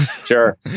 Sure